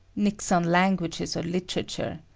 nix on languages or literature!